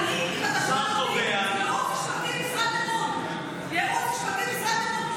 אם אתה שואל אותי, ייעוץ משפטי זאת משרת אמון.